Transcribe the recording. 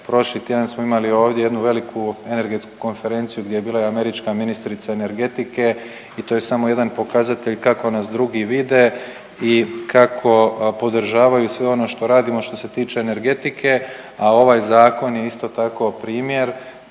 Prošli tjedan smo imali ovdje jednu veliku energetsku konferenciju gdje je bila i američka ministrica energetike i to je samo jedan pokazatelj kako nas drugi vide i kako podržavaju sve ono što radimo što se tiče energetike. A ovaj zakon je isto tako primjer